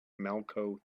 malco